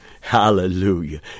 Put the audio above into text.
Hallelujah